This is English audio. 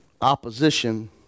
opposition